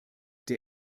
der